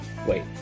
wait